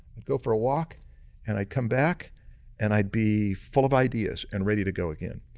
i'd go for a walk and i'd come back and i'd be full of ideas and ready to go again.